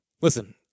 listen